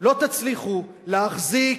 לא תצליחו להחזיק